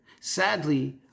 sadly